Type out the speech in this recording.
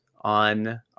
on